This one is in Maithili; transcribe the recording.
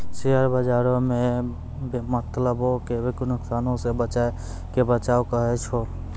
शेयर बजारो मे बेमतलबो के नुकसानो से बचैये के बचाव कहाबै छै